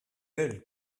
elle